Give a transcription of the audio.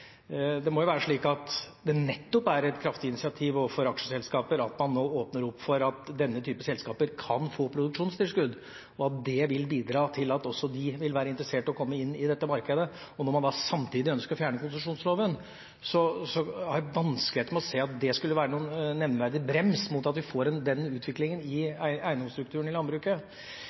Det må jo være slik at det nettopp er et kraftig incentiv overfor aksjeselskaper at man nå åpner opp for at denne typen selskaper kan få produksjonstilskudd, og at det vil bidra til at også de vil være interessert i å komme inn i dette markedet. Når man da samtidig ønsker å fjerne konsesjonsloven, har jeg vanskeligheter med å se at det skulle være noen nevneverdig brems mot at vi får den utviklinga i eiendomsstrukturen i landbruket.